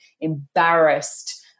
embarrassed